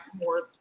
more